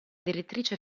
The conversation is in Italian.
direttrice